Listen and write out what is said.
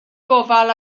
gofal